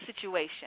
situation